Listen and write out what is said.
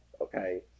Okay